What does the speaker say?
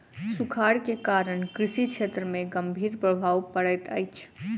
सूखाड़ के कारण कृषि क्षेत्र में गंभीर प्रभाव पड़ैत अछि